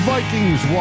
Vikings